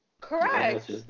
correct